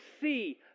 see